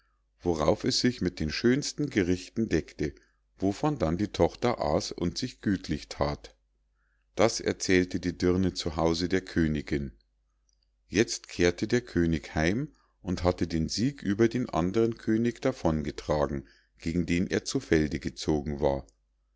worauf es sich mit den schönsten gerichten deckte wovon dann die tochter aß und sich gütlich that das erzählte die dirne zu hause der königinn jetzt kehrte der könig heim und hatte den sieg über den andern könig davon getragen gegen den er zu felde gezogen war